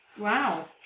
Wow